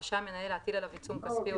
רשאי המנהל להטיל עליו עיצום כספי או